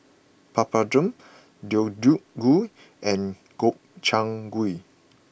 Papadum Deodeok Gui and Gobchang Gui